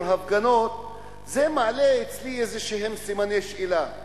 הפגנות מעלה אצלי איזשהם סימני שאלה: